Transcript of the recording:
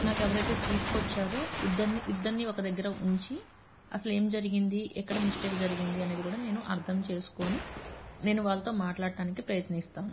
నాకు ఎవరైతే తీసుకొచ్చారో ఇద్దరిని ఇద్దరిని ఒక దగ్గర ఉంచి అసలు ఏం జరిగింది ఎక్కడ మిస్టేక్ జరిగింది అనేది కూడా నేను అర్థం చేసుకొని నేను వాళ్లతో మాట్లాడటానికి ప్రయత్నిస్తాను